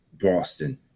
Boston